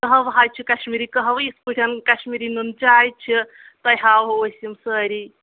کَہوٕ حظ چھِ کَشمیٖری کَہوٕ یِتھ پٲٹھۍ کَشمیٖری نُن چاے چھِ تۄہہِ ہاوہو أسۍ یِم سٲری